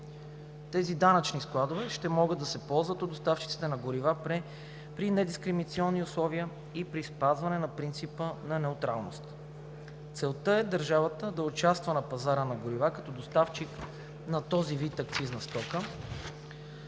Тези данъчни складове ще могат да се ползват от доставчиците на горива при недискриминационни условия и при спазване на принципа на неутралност. Целта е държавата да участва на пазара на горива като доставчик на този вид акцизна стока,